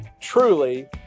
truly